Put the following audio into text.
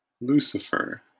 Lucifer